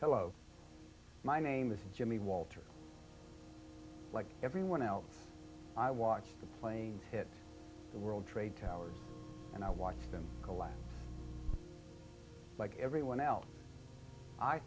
hello my name is jimmy walter like everyone else i watch plane hit the world trade towers and i watch them collapse like everyone else i